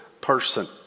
person